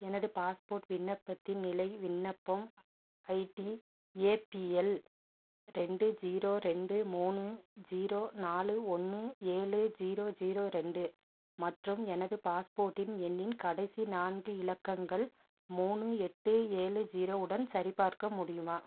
எனது பாஸ்போர்ட் விண்ணப்பத்தின் நிலை விண்ணப்பம் ஐடி ஏபிஎல் ரெண்டு ஜீரோ ரெண்டு மூணு ஜீரோ நாலு ஒன்று ஏழு ஜீரோ ஜீரோ ரெண்டு மற்றும் எனது பாஸ்போர்ட்டின் எண்ணின் கடைசி நான்கு இலக்கங்கள் மூணு எட்டு ஏழு ஜீரோ உடன் சரிபார்க்க முடியுமா